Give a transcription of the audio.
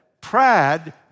Pride